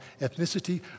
ethnicity